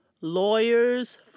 lawyers